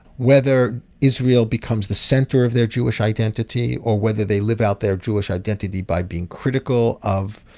whether israel becomes the center of their jewish identity or whether they live out their jewish identity by being critical of,